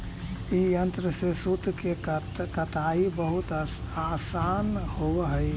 ई यन्त्र से सूत के कताई बहुत आसान होवऽ हई